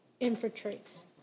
infiltrates